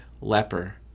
leper